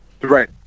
Right